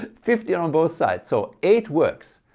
fifteen on both sides, so eight works?